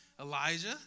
Elijah